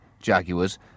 Jaguars